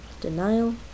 Denial